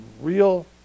real